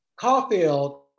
Caulfield